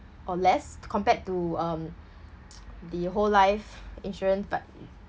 or less compared to um the whole life insurance but